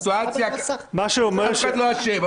בסיטואציה הקיימת אף אחד לא אשם.